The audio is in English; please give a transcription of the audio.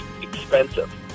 expensive